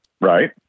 right